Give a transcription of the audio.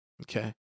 Okay